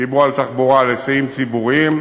דיברו על תחבורה בהיסעים ציבוריים.